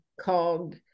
called